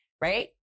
right